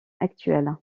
actuel